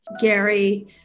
Gary